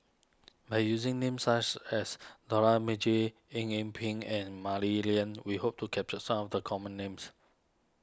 by using names such as Dollah Majid Eng Yee Peng and Mah Li Lian we hope to capture some of the common names